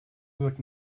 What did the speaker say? wird